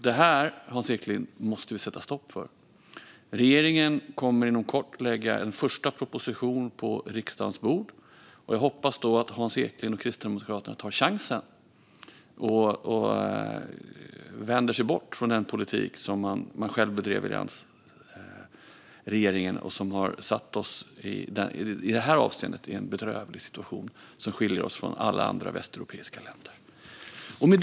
Det här, Hans Eklind, måste vi sätta stopp för. Regeringen kommer inom kort att lägga fram en första proposition på riksdagens bord. Jag hoppas då att Hans Eklind och Kristdemokraterna tar chansen och vänder sig bort från den politik som man själv bedrev i alliansregeringen och som i det här avseendet har satt oss i en bedrövlig situation som skiljer oss från alla andra västeuropeiska länder. Fru talman!